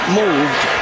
moved